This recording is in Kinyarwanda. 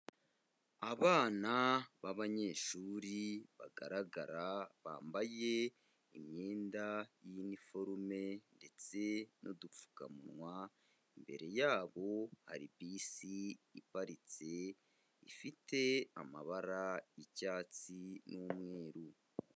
Abana b'abanyeshuri bagaragara, bambaye imyenda y'iniforume ndetse n'udupfukamunwa, imbere yabo hari bisi iparitse ifite amabara y'icyatsi n'umweru.